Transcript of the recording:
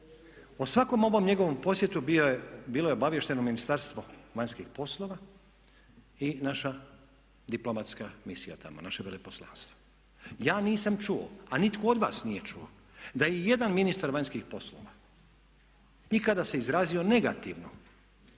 O svakom njegovom posjetu bilo je obaviješteno Ministarstvo vanjskih poslova i naša diplomatska misija tamo, naše veleposlanstvo. Ja nisam čuo a nitko od vas nije čuo da je i jedan ministar vanjskih poslova nikada se izrazio negativno